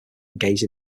engaged